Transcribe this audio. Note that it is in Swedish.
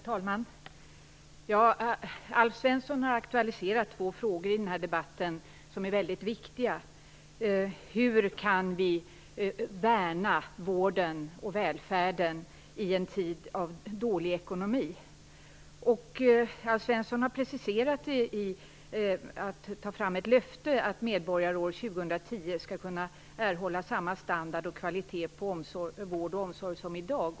Herr talman! Alf Svensson har aktualiserat två väldigt viktiga frågor i den här debatten. En fråga är: Hur kan vi värna vården och välfärden i en tid av dålig ekonomi? Alf Svensson vill ha en precisering i form av ett löfte om att medborgare år 2010 skall kunna erhålla samma standard och kvalitet på vård och omsorg som i dag.